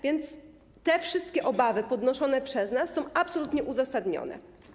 Więc te wszystkie obawy podnoszone przez nas są absolutnie uzasadnione.